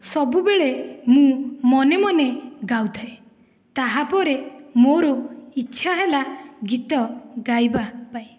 ସବୁବେଳେ ମୁଁ ମନେମନେ ଗାଉଥାଏ ତାହାପରେ ମୋ'ର ଇଛା ହେଲା ଗୀତ ଗାଇବା ପାଇଁ